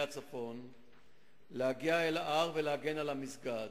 הצפון להגיע אל ההר ולהגן על המסגד.